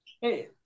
Hey